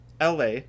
LA